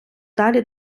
далі